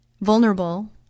vulnerable